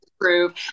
prove